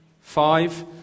five